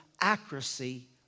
accuracy